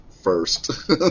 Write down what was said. first